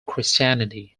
christianity